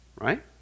Right